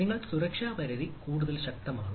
നിങ്ങളുടെ സുരക്ഷാ പരിധി കൂടുതൽ ശക്തമാണ്